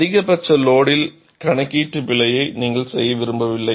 அதிகபட்ச லோடில் கணக்கீட்டு பிழையை நீங்கள் செய்ய விரும்பவில்லை